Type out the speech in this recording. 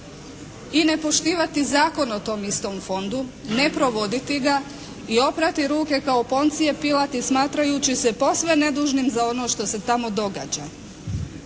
i ne poštivati zakon o tom istom fondu, ne provoditi ga i oprati ruke kao Poncir, Pilat i smatrajući se posve nedužnim za ono što se tamo događa.